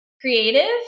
creative